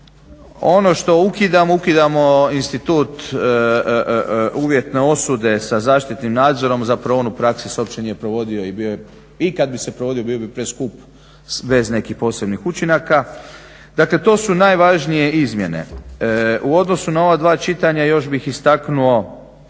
Ono što ukidamo, ukidamo institut uvjetne osude sa zaštitnim nadzorom. Zapravo on u praksi se uopće nije provodio i kad bi se provodio bio bi preskup bez nekih posebnih učinaka. Dakle, to su najvažnije izmjene. U odnosu na ova dva čitanja još bih istaknuo